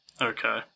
Okay